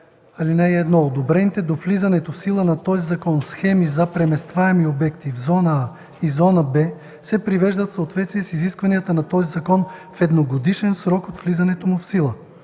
25: „§ 25. (1) Одобрените до влизането в сила на този закон схеми за преместваеми обекти в зона „А” и зона „Б” се привеждат в съответствие с изискванията на този закон в едногодишен срок от влизането му в сила.